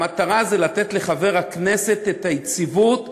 המטרה היא לתת לחבר הכנסת את היציבות,